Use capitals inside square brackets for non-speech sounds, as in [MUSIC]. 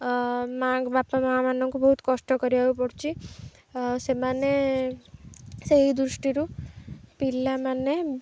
[UNINTELLIGIBLE] ବାପା ମା ମାନଙ୍କୁ ବହୁତ କଷ୍ଟ କରିବାକୁ ପଡ଼ୁଛି ସେମାନେ ସେହି ଦୃଷ୍ଟିରୁ ପିଲାମାନେ